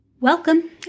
Welcome